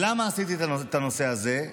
למה עשיתי את הנושא הזה?